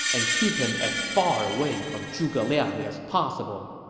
and keep him as far away from zhuge liang as possible.